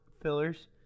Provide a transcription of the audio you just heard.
fillers